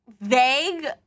vague